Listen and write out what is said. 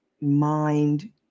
mind